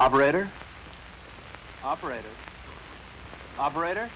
operator operator operator